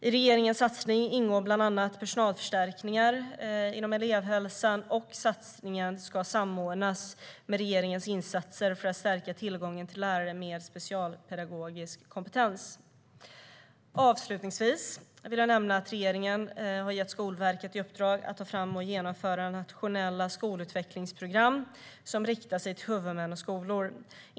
I regeringens satsning ingår bland annat personalförstärkningar inom elevhälsan, och satsningen ska samordnas med regeringens insatser för att stärka tillgången till lärare med specialpedagogisk kompetens. Avslutningsvis vill jag nämna att regeringen har gett Skolverket i uppdrag att ta fram och genomföra nationella skolutvecklingsprogram som riktar sig till huvudmän och skolor.